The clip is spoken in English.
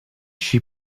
she